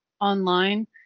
online